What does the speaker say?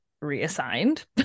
reassigned